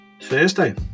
Thursday